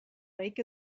lake